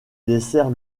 dessert